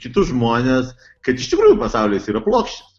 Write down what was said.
kitus žmones kad iš tikrųjų pasaulis yra plokščias